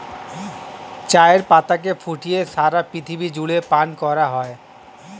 চায়ের পাতাকে ফুটিয়ে সারা পৃথিবী জুড়ে পান করা হয়